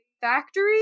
factory